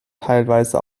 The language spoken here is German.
teilweise